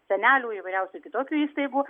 senelių įvairiausių kitokių įstaigų